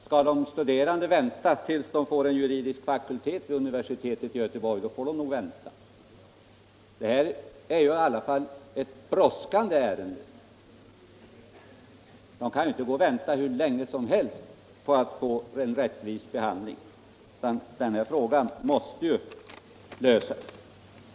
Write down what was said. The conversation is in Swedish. Skall de studerande vänta tills de får en juridisk fakultet vid universitetet i Göteborg, får de nog vänta. Detta är i alla fall ett brådskande ärende. Vi kan inte gå och vänta hur länge som helst på att få en rättvis behandling. Den här frågan måste lösas.